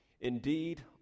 Indeed